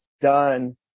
done